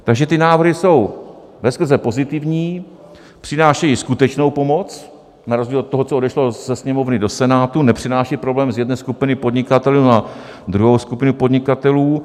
Takže ty návrhy jsou veskrze pozitivní, přinášejí skutečnou pomoc a na rozdíl od toho, co odešlo ze Sněmovny do Senátu, nepřenášejí problém z jedné skupiny podnikatelů na druhou skupinu podnikatelů.